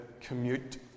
commute